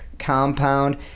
compound